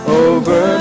over